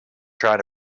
trying